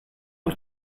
mit